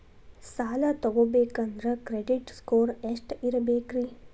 ಸಾಲ ತಗೋಬೇಕಂದ್ರ credit score ಎಷ್ಟ ಇರಬೇಕ್ರಿ?